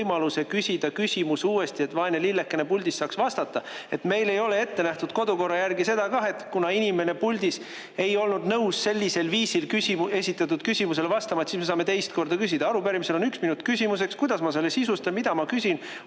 võimaluse küsida küsimus uuesti, et vaene lillekene puldist saaks vastata. Meil ei ole kodukorra järgi ette nähtud, et kui inimene puldis ei olnud nõus sellisel viisil esitatud küsimusele vastama, et siis küsija saab teist korda küsida. Arupärimisel on üks minut küsimuseks. Kuidas ma selle sisustan, mida ma küsin,